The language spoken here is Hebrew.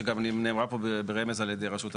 שגם נאמרה פה ברמז על ידי רשות המיסים.